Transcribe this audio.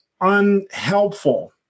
unhelpful